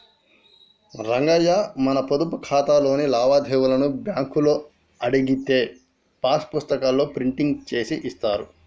రంగయ్య మన పొదుపు ఖాతాలోని లావాదేవీలను బ్యాంకులో అడిగితే పాస్ పుస్తకాల్లో ప్రింట్ చేసి ఇస్తారు